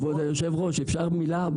כבוד היושב-ראש, אפשר מילה?